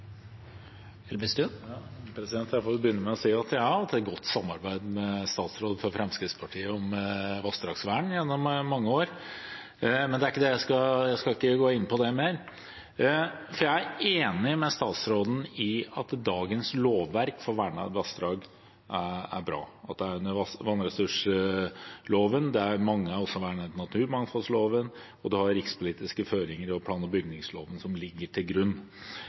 Jeg får begynne med å si at jeg har hatt et godt samarbeid med statsråder fra Fremskrittspartiet om vassdragsvern gjennom mange år, men jeg skal ikke gå mer inn på det. Jeg er enig med statsråden i at dagens lovverk for vernede vassdrag er bra. Det er under vannressursloven, mange har også nevnt naturmangfoldloven, og man har rikspolitiske føringer og plan- og bygningsloven som ligger til grunn.